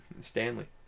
Stanley